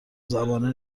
زبانه